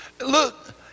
look